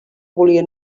volien